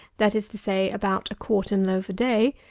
that is to say about a quartern loaf a day,